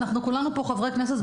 כולנו פה חברי כנסת,